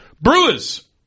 brewers